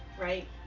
right